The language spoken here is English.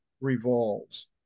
revolves